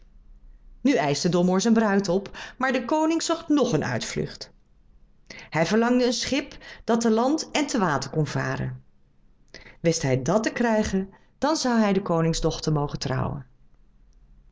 nu eischte domoor zijn bruid op maar de koning zocht nog een uitvlucht hij verlangde een schip dat te land en te water kon varen wist hij dat te krijgen dan zou hij de koningsdochter mogen trouwen